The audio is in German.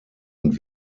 und